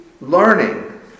learning